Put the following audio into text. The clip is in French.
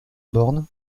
borne